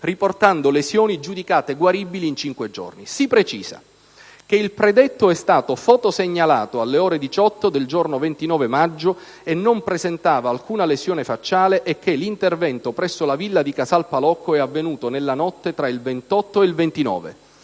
riportando lesioni giudicate guaribili in cinque giorni. Si precisa che il predetto è stato fotosegnalato alle ore 18 del giorno 29 maggio e non presentava alcuna lesione facciale e che l'intervento presso la villa di Casal Palocco è avvenuto nella notte tra il 28 e il 29.